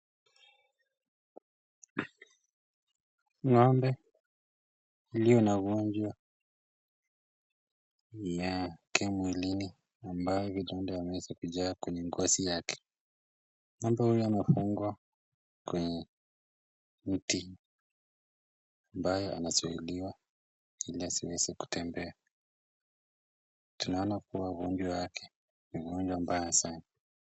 Ng'ombe aliye na ugonjwa yake mwili ambayo vidonda imejaa kwenye ngozi yake.Ng'ombe huyu amefungwa kwenye mti ambaye anasaidiwa ili asiweze kutembea. Tunaona kuwa uvimbi wake umevimba mbaya sana.